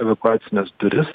evakuacines duris